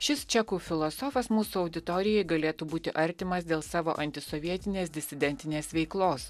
šis čekų filosofas mūsų auditorijai galėtų būti artimas dėl savo antisovietinės disidentinės veiklos